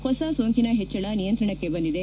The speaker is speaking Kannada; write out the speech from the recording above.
ಹೊಸ ಸೋಂಕಿನ ಹೆಚ್ಚಳ ನಿಯಂತ್ರಣಕ್ಕೆ ಬಂದಿದೆ